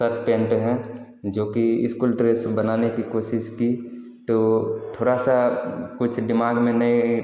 सट पेंट हैं जो कि इस्कुल ड्रेस बनाने की कोशिश की तो थोड़ा सा कुछ दिमाग में नहीं